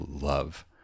love